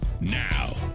now